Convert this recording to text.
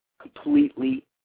completely